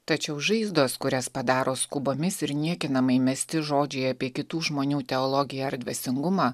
tačiau žaizdos kurias padaro skubomis ir niekinamai mesti žodžiai apie kitų žmonių teologiją ar dvasingumą